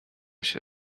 się